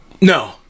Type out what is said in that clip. No